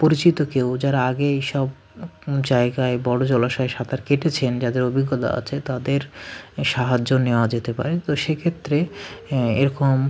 পরিচিত কেউ যারা আগে এইসব জায়গায় বড়ো জলাশয়ে সাঁতার কেটেছেন যাদের অভিজ্ঞতা আছে তাদের এই সাহায্য নেওয়া যেতে পারে তো সে ক্ষেত্রে এরকম